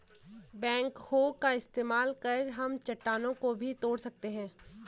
backhoe का इस्तेमाल कर हम चट्टानों को भी तोड़ सकते हैं